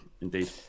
indeed